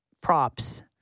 props